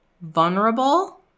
vulnerable